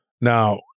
Now